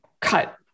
cut